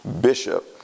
Bishop